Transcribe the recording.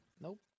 Nope